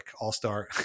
All-Star